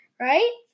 right